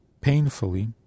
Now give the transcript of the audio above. painfully